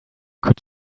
could